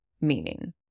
meaning